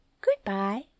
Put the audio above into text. Good-bye